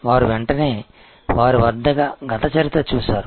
వారు వెంటనే వారి వద్ద గత చరిత్ర చూశారు